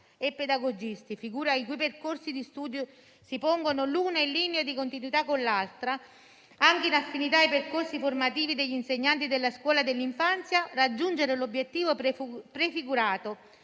e pedagogisti, figure i cui percorsi di studio si pongono l'una in linea di continuità con l'altra, anche in affinità ai percorsi formativi degli insegnanti della scuola dell'infanzia, raggiungere l'obiettivo prefigurato